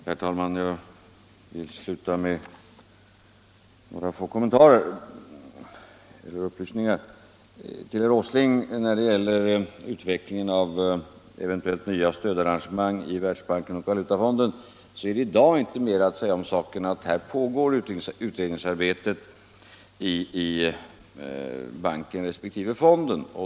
Herr talman! Jag vill sluta det här replikskiftet med att göra några få kommentarer. När det gäller utvecklingen av eventuellt nya stödarrangemang i Världsbanken åt Valutafonden är det i dag inte mera att säga härom, herr Åsling, än att här pågår utvecklingsarbete i banken respektive fonden.